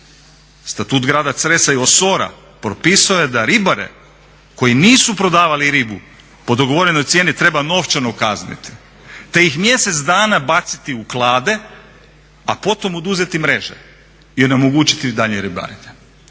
Status grada Cresa i Osora propisao je da ribare koji nisu prodavali ribu po dogovorenoj cijeni treba novčano kazniti te ih mjesec dana baciti u klade a potom oduzeti mreže i onemogućiti daljnje ribarenje.